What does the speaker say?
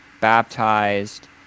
baptized